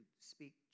speak